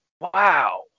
wow